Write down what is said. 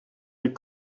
les